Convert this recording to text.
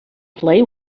play